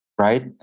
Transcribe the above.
right